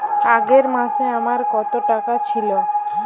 আগের মাসে আমার কত টাকা ছিল?